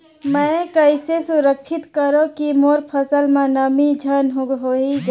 मैं कइसे सुरक्षित करो की मोर फसल म नमी झन होही ग?